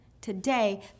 today